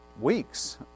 weeks